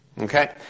Okay